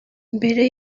mbere